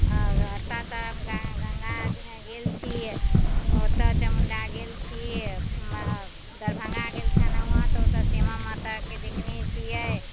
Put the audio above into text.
अऽ ता ता गऽ गङ्गा जी गेल छियै ओतऽ चामुण्डा गेल छियै मऽ दरभंगा गेल छनौहँ तऽ ओतऽ श्यामा माताके देखने छियै